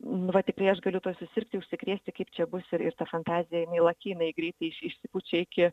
nu va tikrai aš galiu susirgti užsikrėsti kaip čia bus ir ir ta fantazija laki jinai greitai išsipučia iki